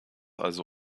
also